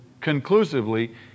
conclusively